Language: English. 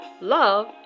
Love